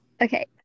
Okay